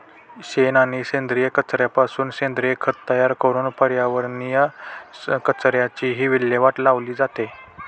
शेण आणि सेंद्रिय कचऱ्यापासून सेंद्रिय खत तयार करून पर्यावरणीय कचऱ्याचीही विल्हेवाट लावली जाते